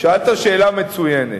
שאלת שאלה מצוינת,